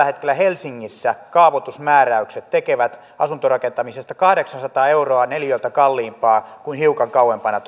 hetkellä helsingissä kaavoitusmääräykset tekevät asuntorakentamisesta kahdeksansataa euroa neliöltä kalliimpaa kuin on hiukan kauempana